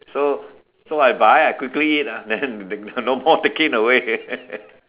so so I buy I quickly eat lah then got no more taking away